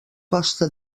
costa